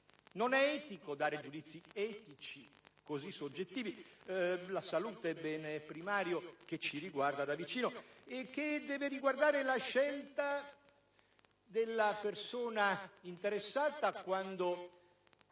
non è etico dare giudizi etici così soggettivi. La salute è un bene primario che ci riguarda da vicino e riguarda la scelta della persona interessata, quando